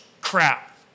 crap